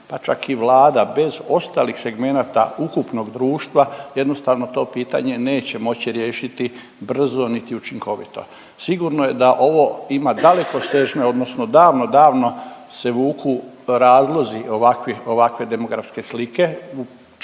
pa čak i Vlada bez ostalih segmenata ukupnog društva jednostavno to pitanje neće moći riješiti brzo niti učinkovito. Sigurno je da ovo ima dalekosežne, odnosno davno, davno se vuku razlozi ovakvih, ovakve demografske slike,